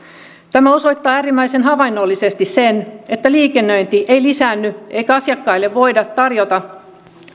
tämä osoittaa äärimmäisen havainnollisesti sen että liikennöinti ei lisäänny eikä asiakkaille voida tarjota